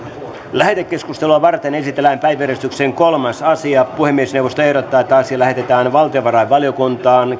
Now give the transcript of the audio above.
lähetekeskustelua varten esitellään päiväjärjestyksen kolmas asia puhemiesneuvosto ehdottaa että asia lähetetään valtiovarainvaliokuntaan